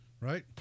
right